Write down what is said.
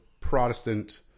Protestant